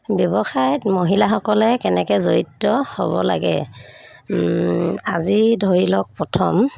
ব্যৱসায়ত মহিলাসকলে কেনেকৈ জড়িত হ'ব লাগে আজি ধৰি লওক প্ৰথম